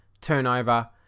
turnover